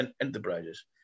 enterprises